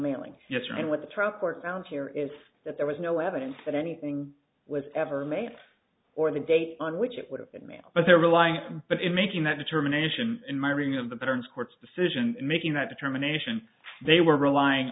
here is that there was no evidence that anything was ever made or the date on which it would have been mailed but they're relying but in making that determination in my reading of the patterns court's decision making that determination they were relying